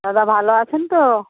দাদা ভালো আছেন তো